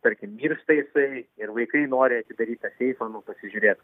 tarkim miršta jisai ir vaikai nori atidaryt tą seifą nu pasižiūrėt